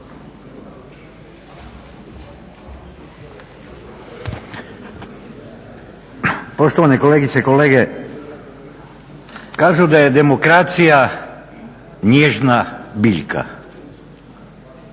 Poštovane kolegice i kolege, kažu da je demokracija nježna biljka.